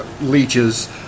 Leeches